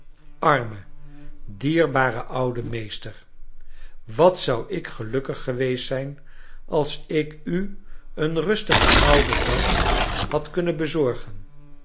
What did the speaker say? arme dierbare oude meester wat zou ik gelukkig geweest zijn als ik u een rustigen ouden dag had kunnen bezorgen